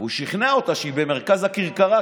והוא שכנע אותה שהיא במרכז הכרכרה,